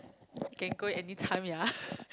you can go anytime ya